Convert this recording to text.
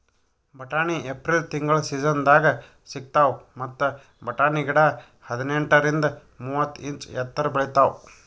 ಬಟಾಣಿ ಏಪ್ರಿಲ್ ತಿಂಗಳ್ ಸೀಸನ್ದಾಗ್ ಸಿಗ್ತಾವ್ ಮತ್ತ್ ಬಟಾಣಿ ಗಿಡ ಹದಿನೆಂಟರಿಂದ್ ಮೂವತ್ತ್ ಇಂಚ್ ಎತ್ತರ್ ಬೆಳಿತಾವ್